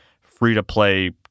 free-to-play